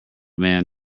man